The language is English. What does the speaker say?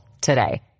today